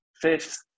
fifth